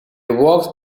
walked